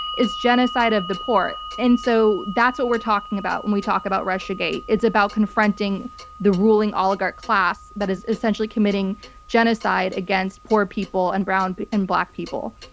it's genocide of the poor. and so that's what we're talking about when we talk about russiagate. it's about confronting the ruling oligarch class that is essentially committing genocide against poor people, and brown and black people.